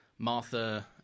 Martha